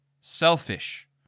selfish